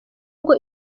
ngo